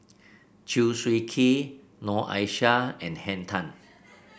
Chew Swee Kee Noor Aishah and Henn Tan